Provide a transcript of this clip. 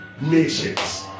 nations